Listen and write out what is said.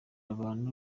abantu